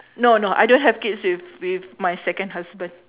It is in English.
no no I don't have kids with with my second husband